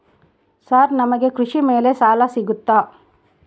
Sir ನಮಗೆ ಕೃಷಿ ಮೇಲೆ ಸಾಲ ಸಿಗುತ್ತಾ?